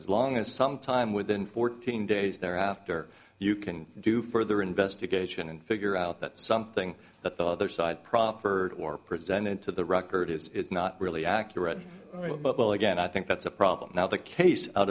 as long as some time within fourteen days thereafter you can do further investigation and figure out that something that the other side proffered or presented to the record is not really accurate but well again i think that's a problem now the case out